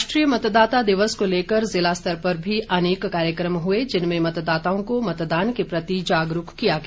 राष्ट्रीय मतदाता दिवस को लेकर ज़िला स्तर पर भी अनेक कार्यक्रम हुए जिनमें मतदाताओं को मतदान के प्रति जागरूक किया गया